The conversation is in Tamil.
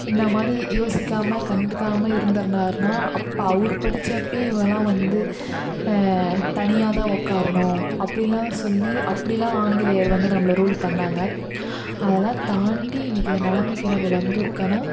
இந்தமாதிரி யோசிக்காமல் கண்டுக்காமல் இருந்திருன்னார்னா அப்போ அவரு படிச்சப்பவே இவர்லாம் வந்து தனியாக தான் உட்காரணும் அப்படிலாம் சொல்லி அப்படிலாம் ஆங்கிலேயர் வந்து நம்மள ரூல் பண்ணாங்க அதெல்லாம் தாண்டி இன்னைக்கி இந்த நிலமைக்கி நம்ம வந்திருக்கோம்னா